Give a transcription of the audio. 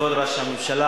כבוד ראש הממשלה,